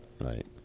right